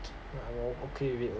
I'm like okay with it